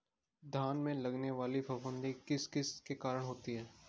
धान में लगने वाली फफूंदी किस किस के कारण होती है?